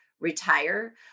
retire